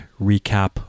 recap